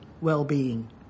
well-being